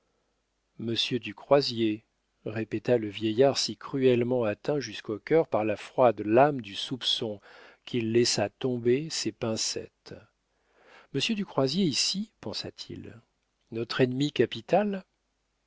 du croisier répéta le vieillard si cruellement atteint jusqu'au cœur par la froide lame du soupçon qu'il laissa tomber ses pincettes monsieur du croisier ici pensa-t-il notre ennemi capital